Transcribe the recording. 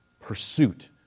pursuit